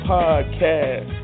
Podcast